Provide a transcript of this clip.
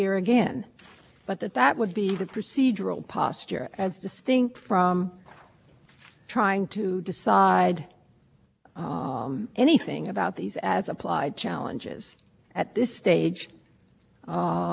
imposed reductions the fact that they didn't they see their budgets on the projections they made is not a justification it's exactly what's wrong with what happened below with respect to uniform cost thresholds judge rogers you're absolutely